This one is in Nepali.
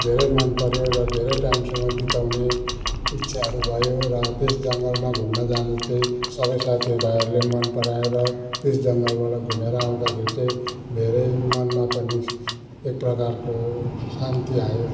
धेरै मन पर्यो र धेरै टाइमसम्म बिताउने इच्छाहरू भयो र त्यस जङ्गलमा घुम्न जानु चाहिँ सबै साथीभाइहरूले मन पराएर त्यस जङ्गलबाट घुमेर आउँदाखेरि चाहिँ धेरै मनमा पनि एक प्रकारको शान्ति आयो